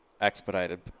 expedited